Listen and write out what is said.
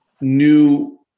new